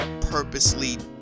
purposely